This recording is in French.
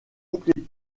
compléter